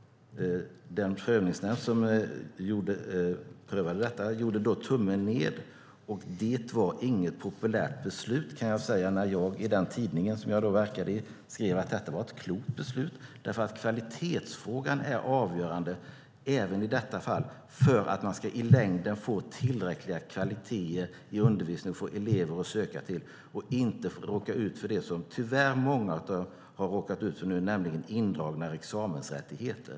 Den prövningsnämnd som prövade detta gjorde tummen ned. Det var inte populärt, kan jag säga, när jag i den tidning som jag då verkade i skrev att detta var ett klokt beslut eftersom kvalitetsfrågan är avgörande även i detta fall för att man i längden ska få tillräckliga kvaliteter i undervisningen och få elever att söka till lärosätet. Man vill inte råka ut för det som många tyvärr nu har råkat ut för, nämligen indragna examensrättigheter.